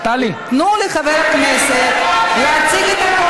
תנו לחבר הכנסת להציג את החוק.